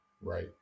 right